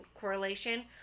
correlation